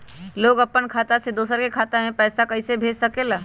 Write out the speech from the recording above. लोग अपन खाता से दोसर के खाता में पैसा कइसे भेज सकेला?